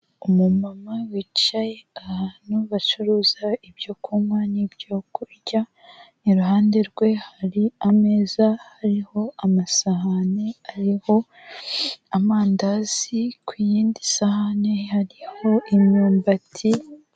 Umumama wicaye ahantu bacuruza ibyo kunywa n'ibyo kurya, iruhande rwe hari ameza hariho amasahani ariho amandazi, ku yindi sahani hariho imyumbati.